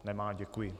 Nemá, děkuji.